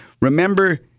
Remember